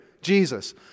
Jesus